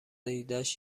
ایدهاش